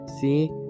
See